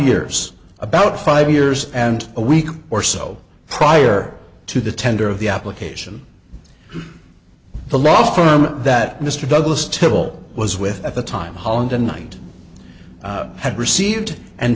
years about five years and a week or so prior to the tender of the application the law firm that mr douglas temple was with at the time holland and knight had received an